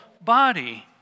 body